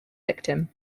victim